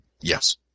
Yes